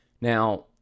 Now